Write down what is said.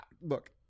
Look